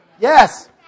yes